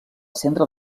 centre